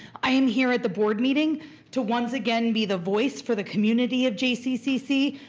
i am here at the board meeting to once again be the voice for the community of jccc,